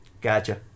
Gotcha